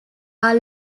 are